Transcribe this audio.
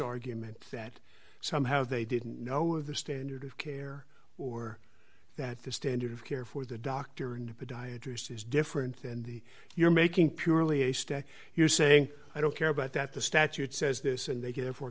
argument that somehow they didn't know the standard of care or that the standard of care for the doctor and a podiatrist is different than the you're making purely a stay you're saying i don't care about that the statute says this and they give for